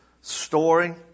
story